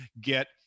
get